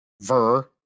Ver